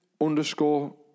underscore